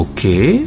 Okay